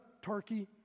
Turkey